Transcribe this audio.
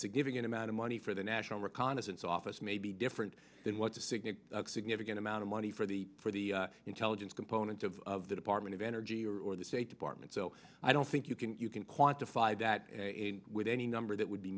significant amount of money for the national reconnaissance office may be different than what the signet significant amount of money for the for the intelligence component of the department of energy or the department so i don't think you can you can quantify that with any number that would be